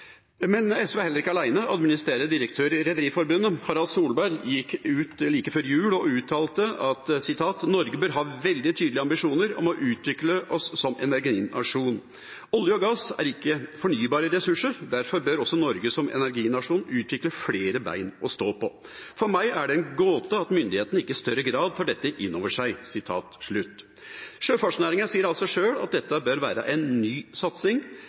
Rederiforbundet, Harald Solberg, gikk ut like før jul og uttalte: «Norge bør ha veldig tydelige ambisjoner om å utvikle oss som energinasjon. Olje og gass er ikke fornybare ressurser, derfor bør også Norge som energinasjon utvikle flere ben å stå på. For meg er det en gåte at myndighetene ikke i større grad tar dette inn over seg.» Sjøfartsnæringen sier altså sjøl at dette bør være en ny satsing,